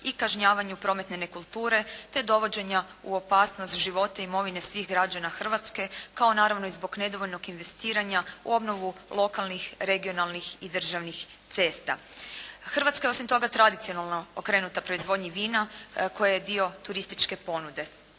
i kažnjavanju prometne nekulture te dovođenja u opasnost života i imovine svih građana Hrvatske kao naravno i zbog nedovoljnog investiranja u obnovu lokalnih, regionalnih i državnih cesta. Hrvatska je osim toga tradicionalno okrenuta proizvodnji vina koje je dio turističke ponude.